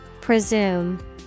Presume